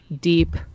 deep